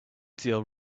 deal